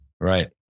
Right